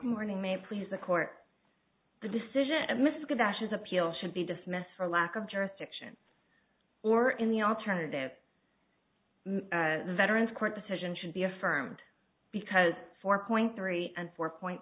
morning may please the court the decision and misguide ashes appeal should be dismissed for lack of jurisdiction or in the alternative the veterans court decision should be affirmed because four point three and four point